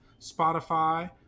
Spotify